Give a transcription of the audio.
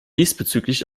diesbezüglich